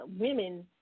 women